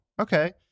okay